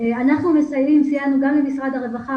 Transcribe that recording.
אנחנו סייענו גם למשרד הרווחה,